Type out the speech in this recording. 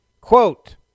Quote